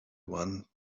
one